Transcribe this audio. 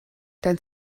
dein